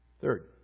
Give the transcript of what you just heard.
Third